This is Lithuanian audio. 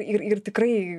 ir ir tikrai